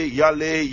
yale